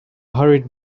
hurried